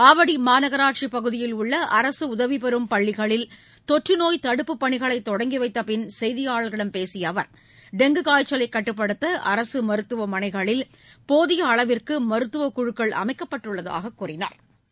ஆவடி மாநகராட்சி பகுதியில் உள்ள அரசு உதவிபெறும் பள்ளிகளில் தொற்றுநோய் தடுப்புப் பணிகளை தொடங்கி வைத்த பின் செய்தியாளர்களிடம் பேசிய அவர் டெங்கு காய்ச்சலை கட்டுப்படுத்த அரசு மருத்தமனைகளில் போதிய அளவிற்கு மருத்துவக் குழக்கள் அமைக்கப்பட்டுள்ளதாக கூறினா்